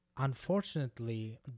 Unfortunately